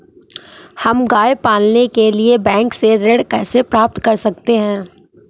हम गाय पालने के लिए बैंक से ऋण कैसे प्राप्त कर सकते हैं?